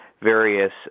various